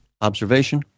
observation